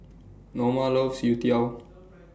Norma loves Youtiao